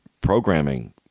programming